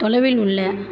தொலைவில் உள்ள